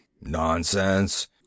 Nonsense